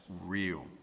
real